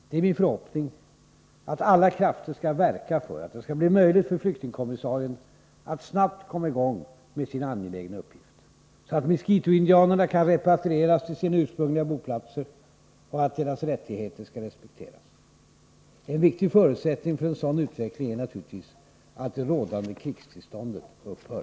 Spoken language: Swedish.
Det är min förhoppning att alla krafter skall verka för att det skall bli möjligt för flyktingkommissarien att snabbt komma i gång med sin angelägna uppgift, så att miskitoindianerna kan repatrieras till sina ursprungliga boplatser och att deras rättigheter skall respekteras. En viktig förutsättning för en sådan utveckling är naturligtvis att det rådande krigstillståndet upphör.